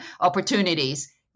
opportunities